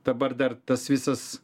dabar dar tas visas